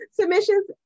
submissions